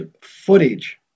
footage